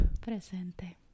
Presente